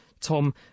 Tom